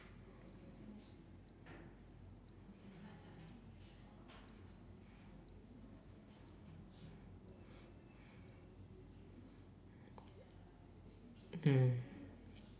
mm